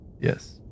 Yes